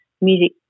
music